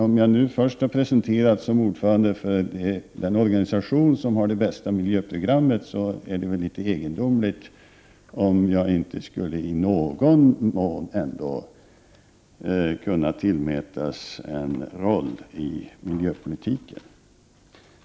Om jag nu först har presenterats som ordförande för den organisation som har det bästa miljöprogrammet, är det väl litet egendomligt om jag ändå inte i någon mån skulle kunna tillmätas en roll i miljöpolitiken.